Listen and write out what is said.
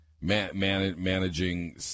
managing